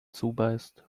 zubeißt